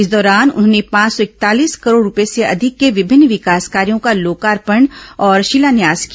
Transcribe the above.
इस दौरान उन्होंने पांच सौ इकतालीस करोड़ रूपए से अधिक के विभिन्न विकास कार्यों का लोकपंर्ण और शिलान्यास किया